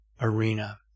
Arena